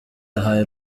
yahaye